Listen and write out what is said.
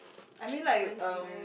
I mean like um